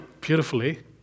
beautifully